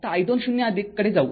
आता i २ 0 कडे येऊ